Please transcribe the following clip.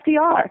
FDR